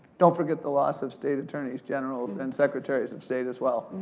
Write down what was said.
don't forget the loss of state attorneys generals, and secretaries of state, as well.